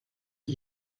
qui